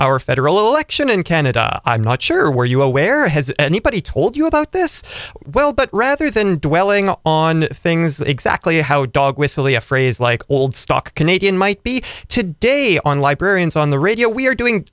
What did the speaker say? our federal election in canada i'm not sure where you aware has anybody told you about this well but rather than do welling up on things that exactly how dog whistle a a phrase like old stock canadian might be today on librarians on the radio we are doing